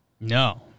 No